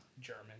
German